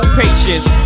patience